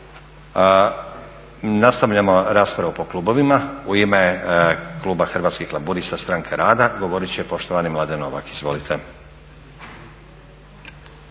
Nastavljamo raspravu po klubovima. U ime kluba Hrvatskih laburista – Stranke rada govorit će poštovani Mladen Novak, izvolite.